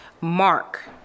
Mark